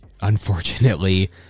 unfortunately